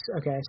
Okay